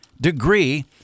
degree